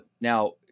Now